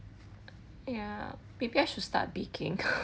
ya maybe I should start baking